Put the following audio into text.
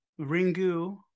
Ringu